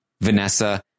Vanessa